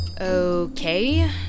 Okay